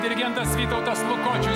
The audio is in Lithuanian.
dirigentas vytautas lukočius